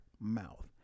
mouth